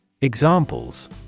Examples